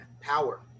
power